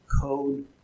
code